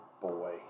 boy